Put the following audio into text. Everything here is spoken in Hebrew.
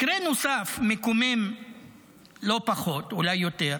מקרה נוסף, מקומם לא פחות, אולי יותר,